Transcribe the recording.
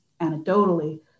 anecdotally